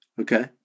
Okay